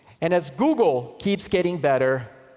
and as google keeps getting better,